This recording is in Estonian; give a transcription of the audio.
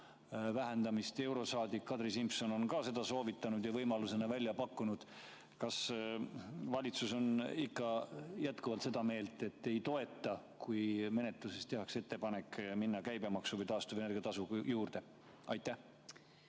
vähendamist, eurosaadik Kadri Simson on ka seda soovitanud ja võimalusena välja pakkunud. Kas valitsus on jätkuvalt seda meelt, et ei toeta seda, kui menetluses tehakse ettepanek minna käibemaksu või taastuvenergia tasu kallale? Aitäh!